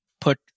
put